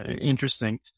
interesting